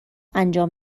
انجام